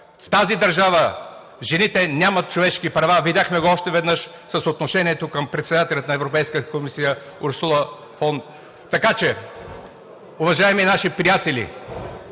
в тази държава жените нямат човешки права! Видяхме го още веднъж с отношението към председателя на Европейската комисия Урсула фон дер Лайен. Така че, уважаеми наши приятели